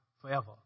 Forever